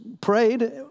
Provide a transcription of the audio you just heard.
prayed